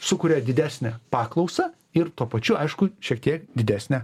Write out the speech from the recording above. sukuria didesnę paklausą ir tuo pačiu aišku šiek tiek didesnę